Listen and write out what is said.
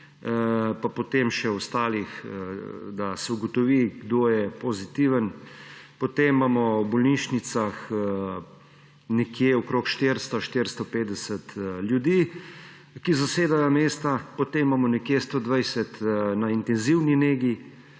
pa potem še ostalih, da se ugotovi, kdo je pozitiven. Potem imamo v bolnišnicah okoli 400, 450 ljudi, ki zasedajo mesta. Potem imamo okoli 120 oseb na intenzivni negi,